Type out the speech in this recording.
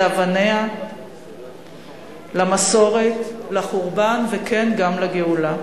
לאבניה, למסורת, לחורבן, וכן, גם לגאולה.